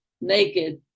naked